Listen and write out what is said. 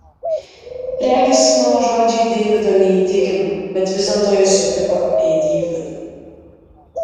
regis mano žodžiai deivido neįtikino bet vis dėlto jis sutiko eiti į vidų